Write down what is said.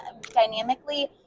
dynamically